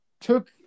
took